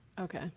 Okay